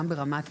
גם ברמת